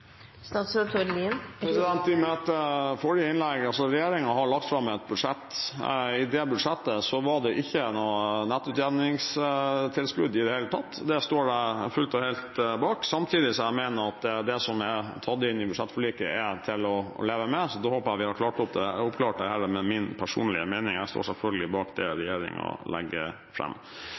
har lagt fram et budsjett, og i det budsjettet var det ikke nettutjevningstilskudd i det hele tatt. Det står jeg fullt og helt bak, samtidig som jeg mener at det som er tatt inn i budsjettforliket, er til å leve med. Da håper jeg vi har oppklart dette med min personlige mening. Jeg står selvfølgelig bak det regjeringen legger